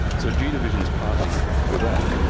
so g division is partly for that.